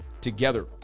together